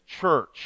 church